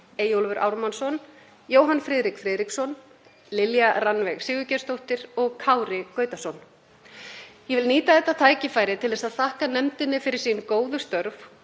Eyjólfur Ármannsson, Jóhann Friðrik Friðriksson, Lilja Rannveig Sigurgeirsdóttir og Kári Gautason. Ég vil nýta þetta tækifæri til að þakka nefndinni fyrir sín góðu störf